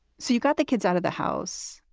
so you've got the kids out of the house.